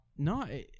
No